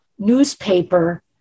newspaper